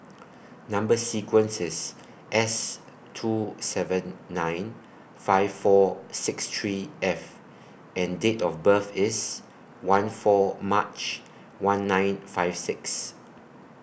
Number sequence IS S two seven nine five four six three F and Date of birth IS one four March one nine five six